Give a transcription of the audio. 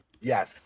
Yes